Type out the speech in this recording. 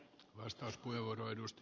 arvoisa puhemies